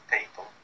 people